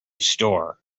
store